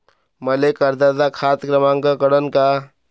मले कर्जाचा खात क्रमांक कळन का?